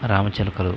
రామ చిలుకలు